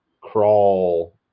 crawl